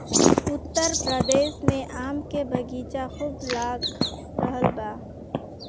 उत्तर प्रदेश में आम के बगीचा खूब लाग रहल बा